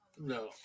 No